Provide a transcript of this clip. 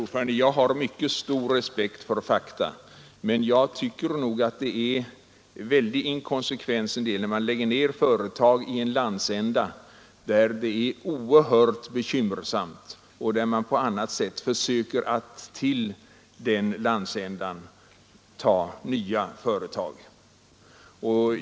Herr talman! Jag har mycket stor respekt för fakta, men jag tycker att det är väldigt inkonsekvent att lägga ned företag i en landsända där det är oerhört bekymmersamt och dit man samtidigt försöker lokalisera nya företag.